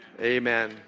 amen